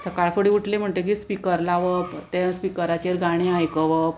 सकाळ फुडें उटलें म्हणटगीर स्पिकर लावप ते स्पिकराचेर गाणें आयकूवप